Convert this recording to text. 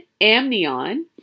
amnion